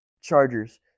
Chargers